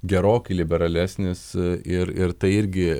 gerokai liberalesnis ir ir tai irgi